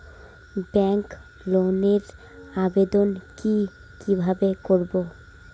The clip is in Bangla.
ব্যাংক লোনের আবেদন কি কিভাবে করব?